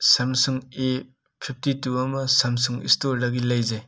Samsung A fifty two ꯑꯃ Samsung ꯏꯁꯇꯣꯔꯗꯒꯤ ꯂꯩꯖꯩ